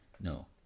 no